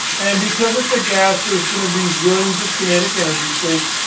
and because it's a gas, there's going to be zillions of kinetic energy states.